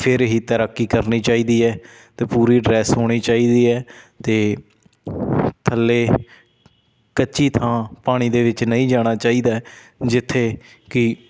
ਫੇਰ ਹੀ ਤੈਰਾਕੀ ਕਰਨੀ ਚਾਹੀਦੀ ਹੈ ਅਤੇ ਪੂਰੀ ਡਰੈੱਸ ਹੋਣੀ ਚਾਹੀਦੀ ਹੈ ਅਤੇ ਥੱਲੇ ਕੱਚੀ ਥਾਂ ਪਾਣੀ ਦੇ ਵਿੱਚ ਨਹੀਂ ਜਾਣਾ ਚਾਹੀਦਾ ਜਿੱਥੇ ਕਿ